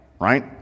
right